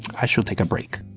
i should take a break.